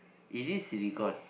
is it silicone